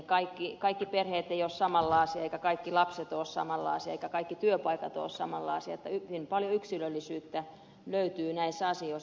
eivät kaikki perheet ole samanlaisia eivätkä kaikki lapset ole samanlaisia eivätkä kaikki työpaikat ole samanlaisia että hyvin paljon yksilöllisyyttä löytyy näissä asioissa